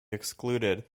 excluded